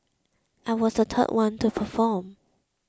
I was the third one to perform